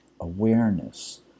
awareness